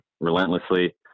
relentlessly